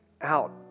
out